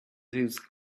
thinks